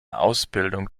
ausbildung